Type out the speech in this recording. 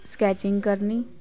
sketching ਕਰਨੀ